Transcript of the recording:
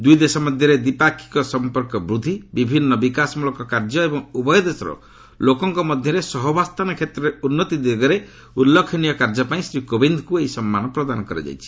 ଦୁଇ ଦେଶ ମଧ୍ୟରେ ଦ୍ୱିପାକ୍ଷିକ ସମ୍ପର୍କ ବୃଦ୍ଧି ବିଭିନ୍ନ ବିକାଶ ମୂଳକ କାର୍ଯ୍ୟ ଏବଂ ଉଭୟ ଦେଶର ଲୋକଙ୍କ ମଧ୍ୟରେ ସହାବସ୍ଥାନ କ୍ଷେତ୍ରରେ ଉନ୍ନତି ଦିଗରେ ଉଲ୍ଲ୍ଖେନୀୟ କାର୍ଯ୍ୟ ପାଇଁ ଶ୍ରୀ କୋବିନ୍ଦଙ୍କୁ ଏହି ସମ୍ମାନ ପ୍ରଦାନ କରାଯାଇଛି